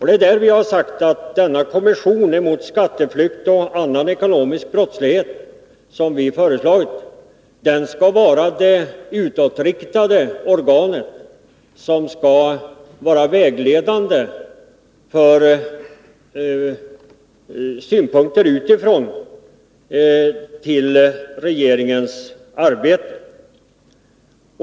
Det är därför vi sagt att den kommission mot skatteflykt och annan ekonomisk brottslighet som vi föreslagit skall vara det organ som skall ge synpunkter utifrån på regeringens arbete.